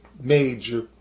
major